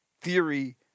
theory